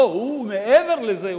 לא, הוא מעבר לזה.